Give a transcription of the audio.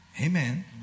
Amen